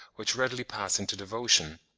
which readily pass into devotion.